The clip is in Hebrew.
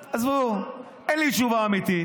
עזבו, אין לי תשובה אמיתית.